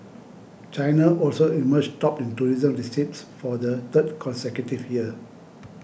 China also emerged top in tourism receipts for the third consecutive year